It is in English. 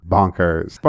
Bonkers